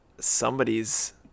somebody's